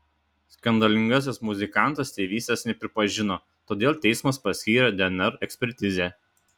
skandalingasis muzikantas tėvystės nepripažino todėl teismas paskyrė dnr ekspertizę